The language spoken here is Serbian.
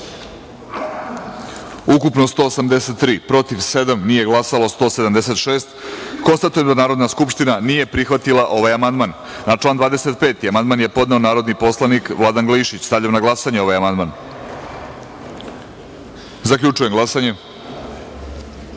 ukupno – 183, protiv – sedam, nije glasalo – 176.Konstatujem da Narodna skupština nije prihvatila ovaj amandman. Na član 25. amandman je podneo narodni poslanik Vladan Glišić. Stavljam na glasanje ovaj amandman. Zaključujem glasanje: